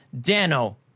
Dano